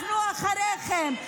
אנחנו מאחוריכם.